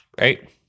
right